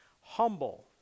Humble